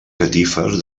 catifes